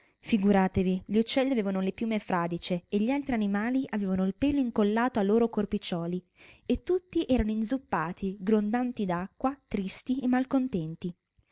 bizzarra figuratevi gli uccelli avevano le piume fradice e gli altri animali avevano il pelo incollato a loro corpicciuoli e tutti erano inzuppati grondanti acqua tristi e malcontenti